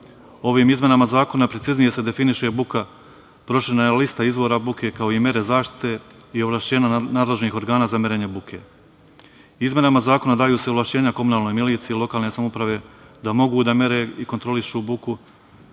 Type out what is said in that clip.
Ovim izmenama zakona preciznije se definiše buka, proširena je lista izvora buke, kao i mere zaštite i ovlašćenja nadležnih organa za merenje buke. Izmenama zakona daju se ovlašćenja komunalnoj miliciji lokalne samouprave da mogu da mere i kontrolišu buku